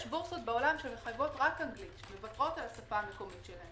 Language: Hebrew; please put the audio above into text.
יש בורסות בעולם שמחייבות רק אנגלית מוותרות על השפה המקומית.